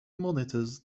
monitors